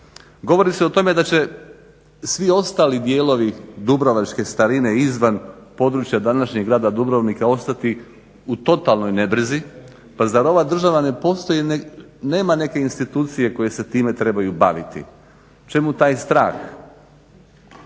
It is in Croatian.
Govori se o tome da će svi ostali dijelovi dubrovačke starine izvan područja današnjeg grada Dubrovnika ostati u totalnoj nebrizi. Pa zar ova država ne postoji, nema neke institucije koje se time trebaju baviti. Čemu taj strah?